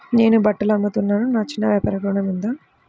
నేను బట్టలు అమ్ముతున్నాను, నా చిన్న వ్యాపారానికి ఋణం ఉందా?